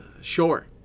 Sure